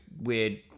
weird